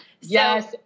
Yes